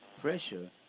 pressure